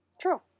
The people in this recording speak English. True